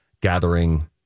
gathering